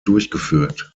durchgeführt